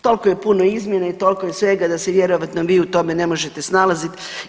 Toliko je puno izmjena i toliko je svega da se vjerojatno vi u tome ne možete snalaziti.